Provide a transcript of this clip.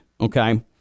Okay